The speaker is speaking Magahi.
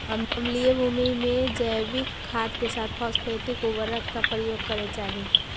अम्लीय भूमि में जैविक खाद के साथ फॉस्फेटिक उर्वरक का प्रयोग करे चाही